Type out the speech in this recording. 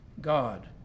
God